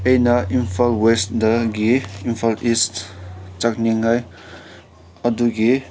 ꯑꯩꯅ ꯏꯝꯐꯥꯜ ꯋꯦꯁꯗꯒꯤ ꯏꯝꯐꯥꯜ ꯏꯁ ꯆꯠꯅꯤꯡꯉꯥꯏ ꯑꯗꯨꯒꯤ